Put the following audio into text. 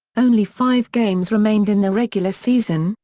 only five games remained in the regular season,